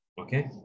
Okay